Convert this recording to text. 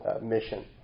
mission